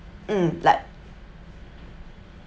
mm like